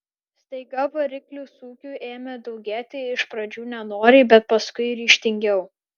staiga variklių sūkių ėmė daugėti iš pradžių nenoriai bet paskui ryžtingiau